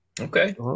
Okay